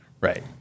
Right